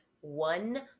one